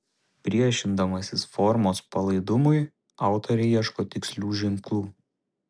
priešindamasi formos palaidumui autorė ieško tikslių ženklų